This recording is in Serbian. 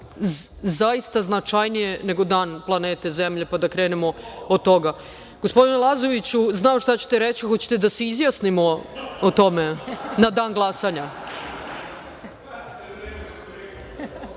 zaista značajnije nego Dan planete Zemlje, pa da krenemo od toga. Gospodine Lazoviću, znam šta ćete reći, hoćete li da se izjasnimo o tome u danu za